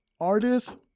artist